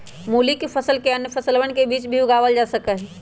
मूली के फसल के अन्य फसलवन के बीच भी उगावल जा सका हई